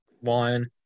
one